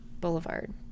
boulevard